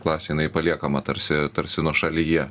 klasė jinai paliekama tarsi tarsi nuošalyje